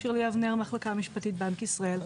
אנחנו,